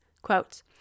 Quote